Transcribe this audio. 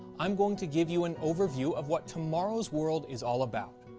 i'm going to give you an overview of what tomorrow's world is all about.